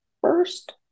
first